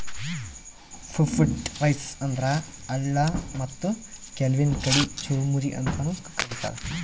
puffed rice ಅಂದ್ರ ಅಳ್ಳ ಮತ್ತ್ ಕೆಲ್ವನ್ದ್ ಕಡಿ ಚುರಮುರಿ ಅಂತಾನೂ ಕರಿತಾರ್